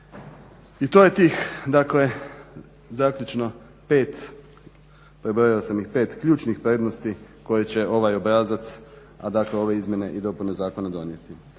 I to je tih dakle zaključno pet prebrojao sam ih pet ključnih prednosti koje će ovaj obrazac a dakle ove izmjene i dopune zakona donijeti.